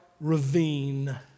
ravine